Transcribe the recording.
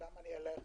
שם אלך